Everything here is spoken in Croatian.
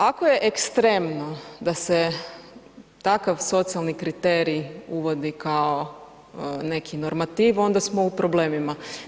Ako je ekstremno da se takav socijalni kriterij uvodi kao neki normativ onda smo u problemima.